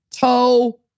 toe